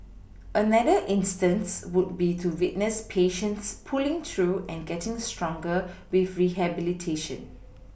another instance would be to witness patients pulling through and getting stronger with rehabilitation